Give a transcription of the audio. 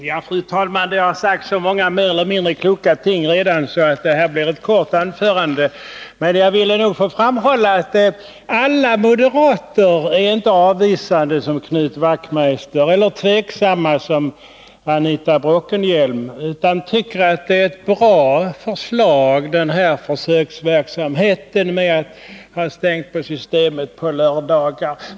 Fru talman! Det har redan sagts så många mer eller mindre kloka saker att det här blir ett kort anförande. Men jag vill framhålla att alla moderater inte är så avvisande som Knut Wachtmeister eller så tveksamma som Anita Bråkenhielm, utan tycker att förslaget om den här försöksverksamheten med att ha Systemet stängt på lördagar är ett bra förslag.